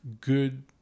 good